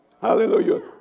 Hallelujah